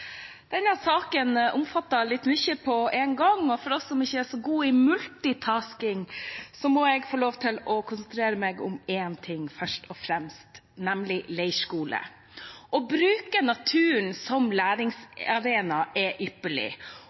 Denne saken omfatter mye på en gang. Og for oss som ikke er så gode i «multitasking», må jeg få lov til å konsentrere meg om én sak først og fremst, nemlig leirskole. Å bruke naturen som læringsarena er ypperlig.